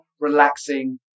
relaxing